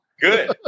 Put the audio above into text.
Good